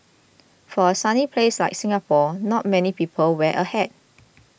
for a sunny place like Singapore not many people wear a hat